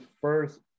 first